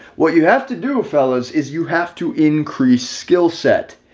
what you have to do, fellas is you have to increase skill set.